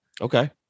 Okay